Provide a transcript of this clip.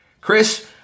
Chris